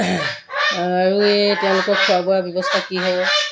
আৰু এই তেওঁলোকৰ খোৱা বোৱা ব্যৱস্থা কি হ'ব